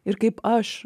ir kaip aš